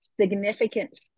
significant